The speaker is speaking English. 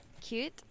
Cute